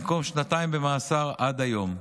במקום שנתיים מאסר עד היום,